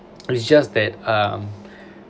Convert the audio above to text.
it's just that um